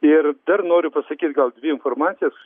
ir dar noriu pasakyt gal dvi informacijas